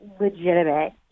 legitimate